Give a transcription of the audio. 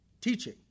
teaching